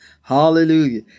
hallelujah